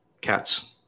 cats